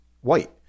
white